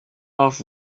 off